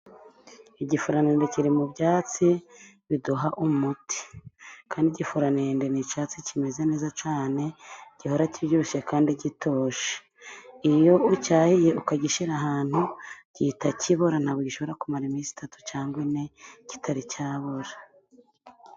Igifuranende kiri mu byatsi biduha umuti, kandi gifuranende ni icyatsi kimeze neza cyane, gihora kibyibushye kandi gitoshye, iyo ucyayahiye ukagishyira ahantu gihita kibora, ntabwo gishobora kumara iminsi itatu cyangwa ine kitari cyabora.